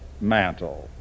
mantle